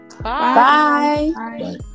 Bye